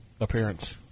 appearance